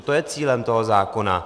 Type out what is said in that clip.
To je cílem toho zákona.